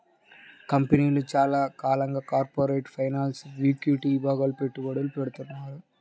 కంపెనీలు చాలా కాలంగా కార్పొరేట్ ఫైనాన్స్, ఈక్విటీ విభాగాల్లో పెట్టుబడులు పెడ్తున్నాయి